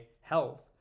health